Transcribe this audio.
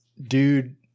dude